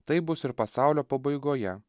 taip bus ir pasaulio pabaigoje